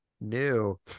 new